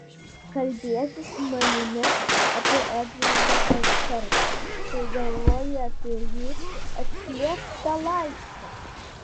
kalbiesi su manimi apie edvardą kaskart kai galvoji apie jį atplėšk tą laišką